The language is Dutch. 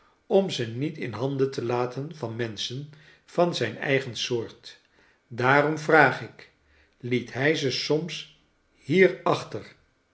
om ze niet in handen te laten van menschen van zijn eigen soort daarom vraag ik liet hij ze soma